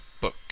book